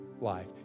life